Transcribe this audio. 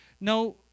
No